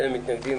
מי נגד?